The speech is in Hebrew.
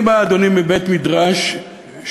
אני בא, אדוני, מבית-מדרש שטוען